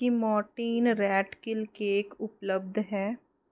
ਕੀ Mortein rat kill cake ਉਪਲਬਧ ਹੈ